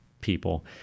people